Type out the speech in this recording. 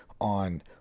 on